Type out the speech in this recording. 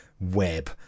web